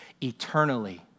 eternally